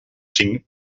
cinc